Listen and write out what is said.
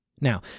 Now